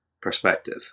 perspective